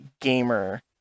gamer